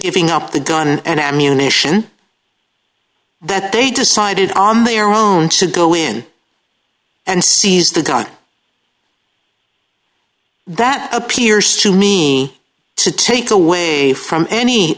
sitting up the gun and ammunition that they decided on their own to go in and seize the gun that appears to me to take away from any